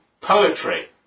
poetry